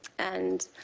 and